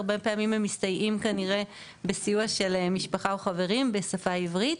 הרבה פעמים הם נעזרים בסיוע של משפחה או חברים עם השפה העברית,